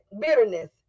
bitterness